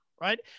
right